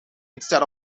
instead